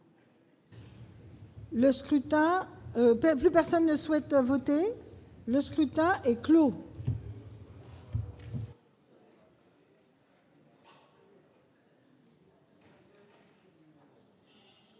Le scrutin est clos.